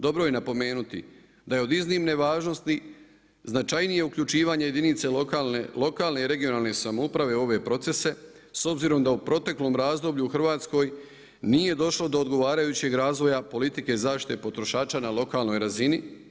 Dobro je napomenuti da je od iznimne važnosti značajnije uključivanje jedinice lokalne, lokalne i regionalne samouprave u ove procese s obzirom da u proteklom razdoblju u Hrvatskoj nije došlo do odgovarajućeg razvoja politike i zaštite potrošača na lokalnoj razini.